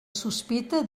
sospita